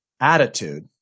attitude